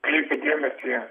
kreipė dėmesį